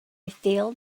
failed